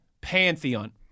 Pantheon